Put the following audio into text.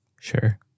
Sure